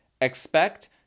expect